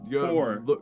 Four